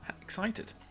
excited